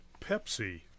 Pepsi